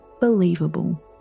believable